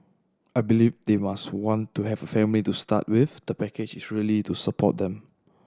I believe they must want to have a family to start with the package is really to support them